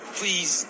please